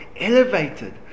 elevated